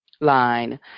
Line